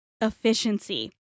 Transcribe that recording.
efficiency